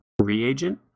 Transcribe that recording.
reagent